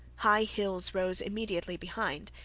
high hills rose immediately behind,